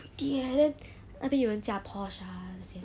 pretty eh then 那边有人驾 porsche ah 那些